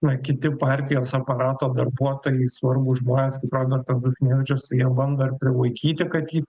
na kiti partijos aparato darbuotojai svarbūs žmonės kaip robertas duchnevičius jie bando ir prilaikyti kad ji